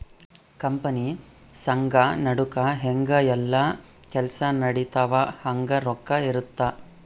company ಸಂಘ ನಡುಕ ಹೆಂಗ ಯೆಲ್ಲ ಕೆಲ್ಸ ನಡಿತವ ಹಂಗ ರೊಕ್ಕ ಇರುತ್ತ